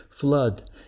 flood